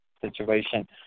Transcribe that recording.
situation